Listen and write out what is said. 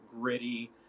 gritty